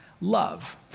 Love